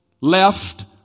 left